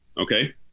okay